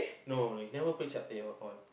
no he never play Chapteh before